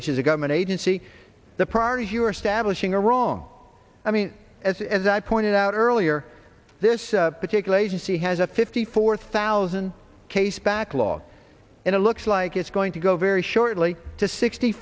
which is a government agency the priorities you are stablish ing are wrong i mean as as i pointed out earlier this particular agency has a fifty four thousand case backlog and it looks like it's going to go very shortly to sixty